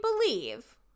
believe